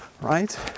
right